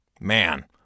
Man